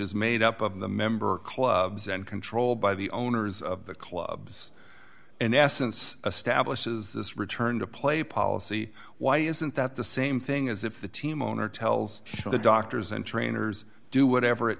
is made up of the member clubs and controlled by the owners of the clubs in essence a stablish is this return to play policy why isn't that the same thing as if the team owner tells the doctors and trainers do whatever it